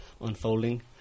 unfolding